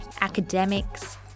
academics